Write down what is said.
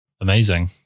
Amazing